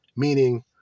Meaning